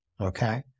Okay